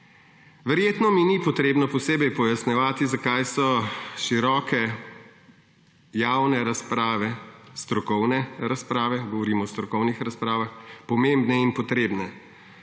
Verjetno mi ni potrebno posebej pojasnjevati, zakaj so široke javne razprave, strokovne razprave, govorim o strokovnih razpravah, pomembne in potrebne.